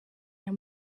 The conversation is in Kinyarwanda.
aya